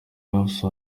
afsa